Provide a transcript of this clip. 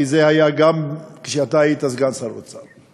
כי זה היה גם כשאתה היית סגן שר האוצר.